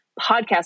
podcast